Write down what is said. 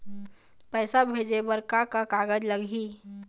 पैसा भेजे बर का का कागज लगही?